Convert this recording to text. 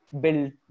build